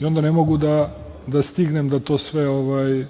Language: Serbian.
i onda ne mogu da stignem da to sve...Što